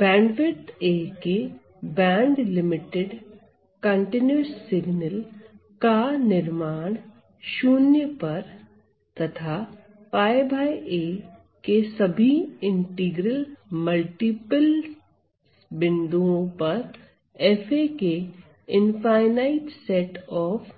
bandwidth a के bandlimited continuous signal का निर्माण शून्य पर तथा 𝜋a के सभी इंटीग्रल मल्टीप्ल बिंदुओं पर fa के इनफाई नाइट सेट ऑफ